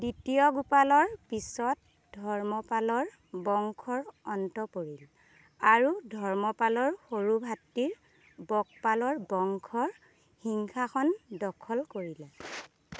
দ্বিতীয় গোপালৰ পিছত ধৰ্মপালৰ বংশৰ অন্ত পৰিল আৰু ধৰ্মপালৰ সৰু ভাতৃ বকপালৰ বংশ সিংহাসন দখল কৰিলে